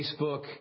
Facebook